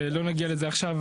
ולא נגיע לזה עכשיו,